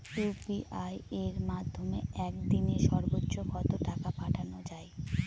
UPI এর মাধ্যমে এক দিনে সর্বচ্চ কত টাকা পাঠানো যায়?